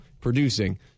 producing